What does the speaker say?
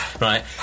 right